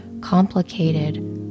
complicated